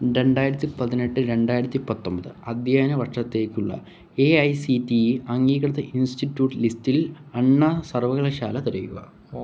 രണ്ടായിരത്തി പതിനെട്ട് രണ്ടായിരത്തി പത്തൊമ്പത് അധ്യയന വർഷത്തേക്കുള്ള A I C T E അംഗീകൃത ഇൻസ്റ്റിറ്റ്യൂട്ട് ലിസ്റ്റിൽ അണ്ണാ സർവകലാശാല തിരയുക